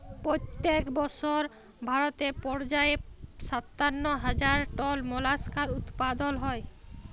পইত্তেক বসর ভারতে পর্যায়ে সাত্তান্ন হাজার টল মোলাস্কাস উৎপাদল হ্যয়